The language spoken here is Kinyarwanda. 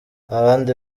abandi